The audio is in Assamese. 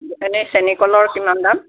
এনে চেনী কলৰ কিমান দাম